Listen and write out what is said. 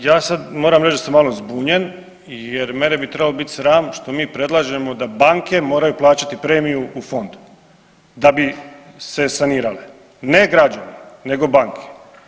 Pa ja sad moram reći da sam malo zbunjen jer mene bi trebalo biti sram što mi predlažemo da banke moraju plaćati premiju u fond da bi se sanirale, ne građani nego banke.